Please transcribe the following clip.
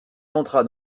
entra